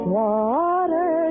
water